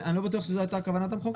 כשאני לא בטוח שזאת הייתה כוונת המחוקק.